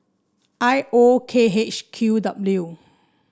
I O K H Q W